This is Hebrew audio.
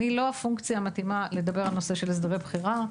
אני לא הפונקציה המתאימה לדבר על הנושא של הסדרי בחירה.